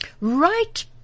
Right